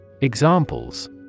Examples